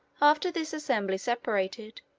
after this assembly separated,